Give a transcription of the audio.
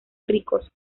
ricos